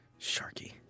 Sharky